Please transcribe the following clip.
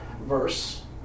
verse